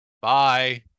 Bye